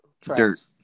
Dirt